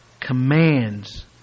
commands